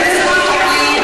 תתביישי,